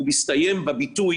הוא מסתיים בביטוי,